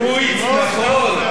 אדוני היושב-ראש,